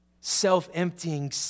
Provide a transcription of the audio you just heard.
self-emptying